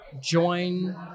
join